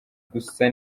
gusa